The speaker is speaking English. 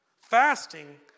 Fasting